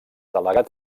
delegat